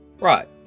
right